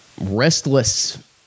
restless